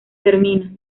termina